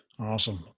Awesome